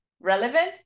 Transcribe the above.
relevant